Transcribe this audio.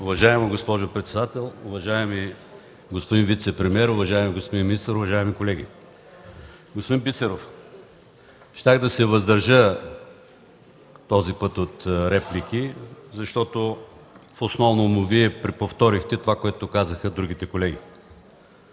Уважаема госпожо председател, уважаеми господин вицепремиер, уважаеми господин министър, уважаеми колеги! Господин Бисеров, щях да се въздържа този път от реплики, защото основному Вие преповторихте това, което казаха другите колеги.